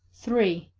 three.